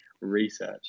research